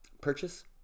purchase